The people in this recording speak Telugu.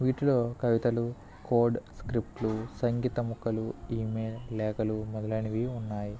వీటిలో కవితలు కోడ్ స్క్రిప్టులు సంగీతములు ఇమెయిల్ లేఖలు మొదలైనవి ఉన్నాయి